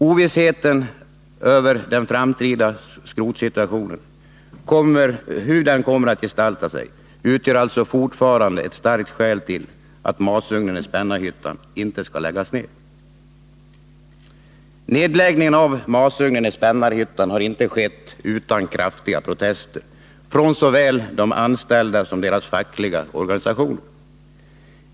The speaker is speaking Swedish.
Ovissheten om hur den framtida skrotsituationen kommer att gestalta sig utgör alltså fortfarande ett starkt skäl till att masugnen i Spännarhyttan inte skall läggas ned. Nedläggningen av masugnen i Spännarhyttan har inte skett utan kraftiga protester från såväl de anställda som deras fackliga organisationer.